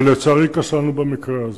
ולצערי כשלנו במקרה הזה.